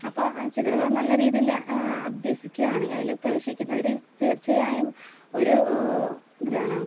അപ്പോൾ ചിത്രകല നല്ല രീതിയിൽ അഭ്യസിക്കുവാണ് അതിൽ പ്രവേശിക്കുന്നവർ തീർച്ചയായും ഒരു എന്താണ്